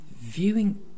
viewing